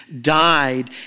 died